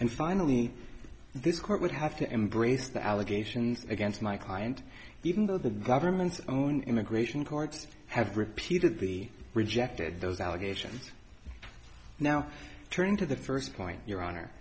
and finally this court would have to embrace the allegations against my client even though the government's own immigration courts have repeatedly rejected those allegations now turning to the first point your honor